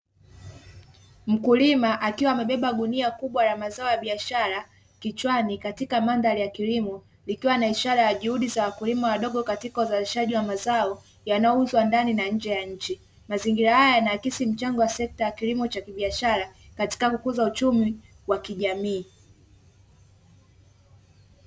Mkulima akiwa amebeba gunia kubwa ya mazao ya biashara kichwani katika mandhari ya kilimo, likiwa na ishara ya juhudi za wakulima wadogo katika uzalishaji wa mazao yanayouzwa ndani na nje ya nchi, mazingira haya yanaakisi mchango wa sekta ya kilimo cha kibiashara katika kukuza uchumi wa kijamii.